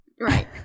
Right